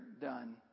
done